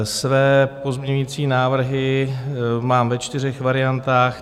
Své pozměňovací návrhy mám ve čtyřech variantách.